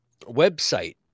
website